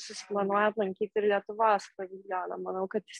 susiplanuoja aplankyt ir lietuvos paviljoną manau kad jis